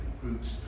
groups